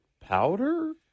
powder